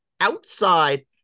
outside